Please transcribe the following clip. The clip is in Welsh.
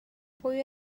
pwy